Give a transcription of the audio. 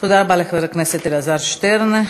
תודה רבה לחבר הכנסת אלעזר שטרן.